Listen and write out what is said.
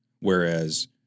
Whereas